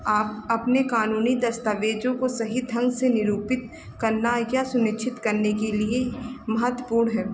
आप अपने कानूनी दस्तावेज़ों को सही ढंग से निरूपित करना या सुनिश्चित करने के लिए महत्वपूर्ण है